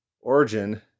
Origin